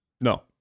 No